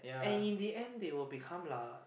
and in the end they will become lah